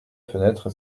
fenêtre